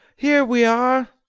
here we are!